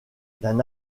d’un